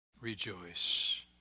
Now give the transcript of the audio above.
rejoice